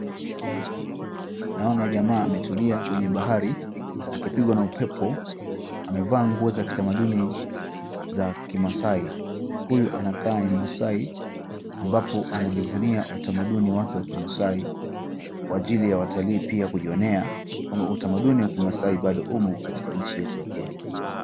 Naona jamaa ametulia kwenye bahari akipigwa na upepo. Amevaa nguo za kitamaduni za kimaasai. Huyu anakaa ni mmaasai ambapo anajivunia utamaduni wake wa kimaasai kwa ajili ya watalii pia kujionea kwamba utamaduni wa kimaasai bado umo katika nchi yetu ya Kenya.